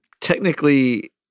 technically